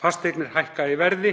Fasteignir hækka í verði,